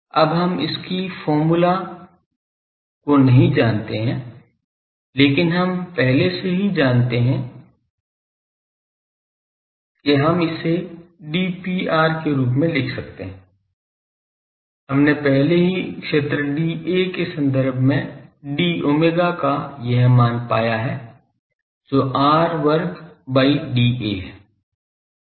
अब हम इसकी फार्मूला को नहीं जानते हैं लेकिन हम पहले से ही जानते हैं कि हम इसे dPr के रूप में लिख सकते हैं हमने पहले ही क्षेत्र dA के संदर्भ में d omega का यह मान पाया है जो r वर्ग by dA है